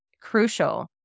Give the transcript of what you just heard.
crucial